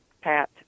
Pat